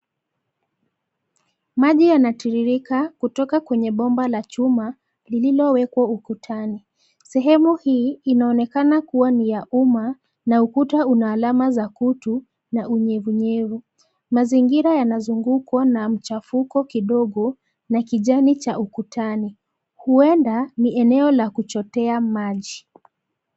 Maji yanatiririka kutoka kwenye bomba la chuma lililowekwa ukutani. Sehemu hii, inaonekana kuwa ni ya uma na ukuta una alama za kutu na unyevunyevu. Mazingira yanazungukwa na mchafuko kidogo na kijani cha ukutani. Huenda ni eneo la kuchotea maji.